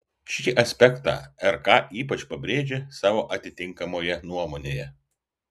šį aspektą rk ypač pabrėžė savo atitinkamoje nuomonėje